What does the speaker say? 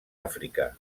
àfrica